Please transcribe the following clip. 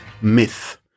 myth